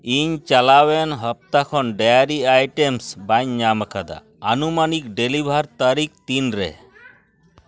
ᱤᱧ ᱪᱟᱞᱟᱣᱮᱱ ᱦᱟᱯᱛᱟ ᱠᱷᱚᱱ ᱰᱮᱭᱟᱨᱤ ᱟᱭᱴᱮᱢᱥ ᱵᱟᱧ ᱧᱟᱢ ᱟᱠᱟᱫᱟ ᱟᱱᱩᱢᱟᱱᱤᱠ ᱰᱮᱞᱤᱵᱷᱟᱨ ᱛᱟᱹᱨᱤᱠᱷ ᱛᱤᱱᱨᱮ